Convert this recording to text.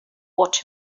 watch